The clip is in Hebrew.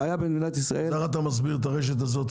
איך אתה מסביר את הרשת הזאת,